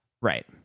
Right